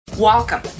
Welcome